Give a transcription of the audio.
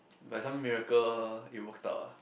by some miracle it worked out ah